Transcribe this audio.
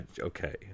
okay